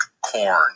corn